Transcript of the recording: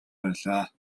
байлаа